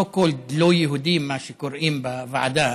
so called לא יהודים, מה שקוראים בוועדה,